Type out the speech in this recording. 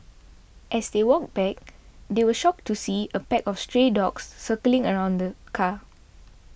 as they walked back they were shocked to see a pack of stray dogs circling around the car